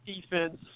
defense –